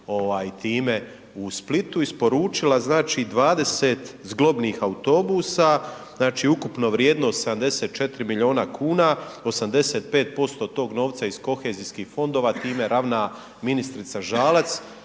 ovaj u Splitu isporučila znači 20 zglobnih autobusa, znači ukupno vrijednost 74 miliona kuna, 85% od tog novca iz kohezijskih fondova time ravna ministrica Žalac,